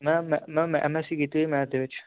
ਮੈਂ ਮੈਂ ਮੈਂ ਮੈਂ ਐਮਐਸਈ ਕੀਤੀ ਹੋਈ ਹੈ ਮੈਥ ਦੇ ਵਿੱਚ